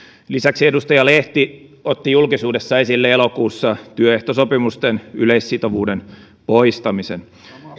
lisäksi edustaja lehti otti julkisuudessa esille elokuussa työehtosopimusten yleissitovuuden poistamisen